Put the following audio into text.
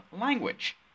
language